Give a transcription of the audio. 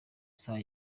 saha